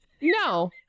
no